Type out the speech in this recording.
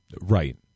right